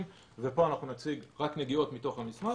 ופה אנחנו נציג רק נגיעות מתוך המסמך.